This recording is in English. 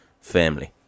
Family